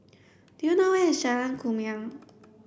do you know where is Jalan Kumia